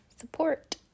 support